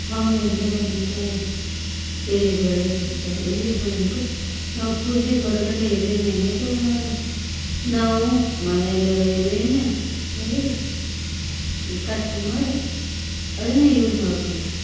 ಆಮೇಲೆ ಮತ್ತೆ ಎಲೆ ಬಳ್ಳಿ ಬಿಡ್ಸದು ಎಲೆ ಬಳ್ಳಿಗು ನಾವು ಪೂಜೆಗೆ ಹೊರಗಡೆ ಎಲೆನೇ ತಗೊಳಲ್ಲ ನಾವು ಮನೆಲ್ಲಿರೊ ಎಲೆನೇ ತೆಗೆದು ಕಟ್ ಮಾಡಿ ಅದನ್ನೆ ಯೂಸ್ ಮಾಡ್ಕೊಂಬಿಡ್ತೀವಿ